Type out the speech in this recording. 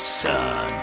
son